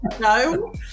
no